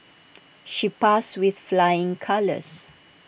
she passed with flying colours